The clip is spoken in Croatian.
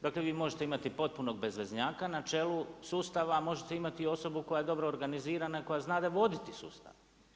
Dakle, vi možete imati potpunog bezveznjaka na čelu sustava a možete imati osobu koja je dobro organizirana, koja znade voditi sustav.